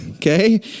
okay